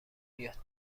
بیاد